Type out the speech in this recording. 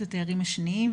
את התארים השניים,